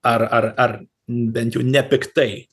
ar ar ar bent jau ne piktai